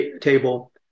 table